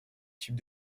type